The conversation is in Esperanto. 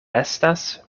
estas